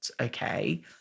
Okay